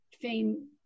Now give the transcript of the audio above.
Fame